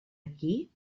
aquí